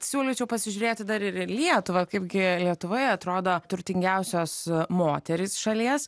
siūlyčiau pasižiūrėti dar ir lietuvą kaip gi lietuvoje atrodo turtingiausios moterys šalies